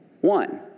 one